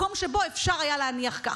מקום שבו אפשר היה להניח כך.